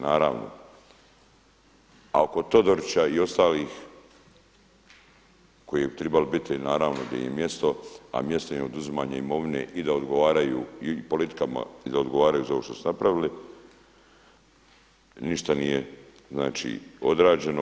Naravno, a oko Todorića i ostalih koji bi trebali biti naravno gdje im je mjesto, a mjesto im je oduzimanje imovine i da odgovaraju politikama i da odgovaraju za ovo što su napravili, ništa nije odrađeno.